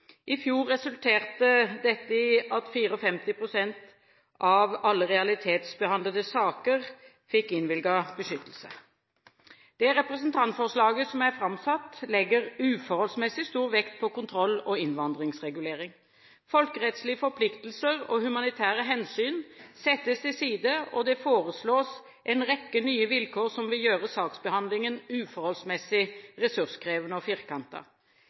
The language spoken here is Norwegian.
I fjor resulterte dette i at det i 54 pst. av alle realitetsbehandlede saker ble innvilget beskyttelse. Det representantforslaget som er framsatt, legger uforholdsmessig stor vekt på kontroll- og innvandringsregulering. Folkerettslige forpliktelser og humanitære hensyn settes til side, og det foreslås en rekke nye vilkår som vil gjøre saksbehandlingen uforholdsmessig ressurskrevende og